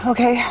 Okay